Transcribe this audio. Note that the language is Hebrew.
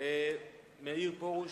מאיר פרוש,